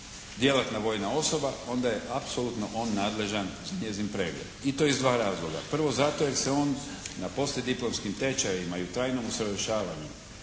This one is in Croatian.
djelatna vojna osoba onda je apsolutno on nadležan za njezin pregled i to iz dva razloga. P Prvo zato jer se on na poslijediplomskim tečajevima i u trajnom usavršavanju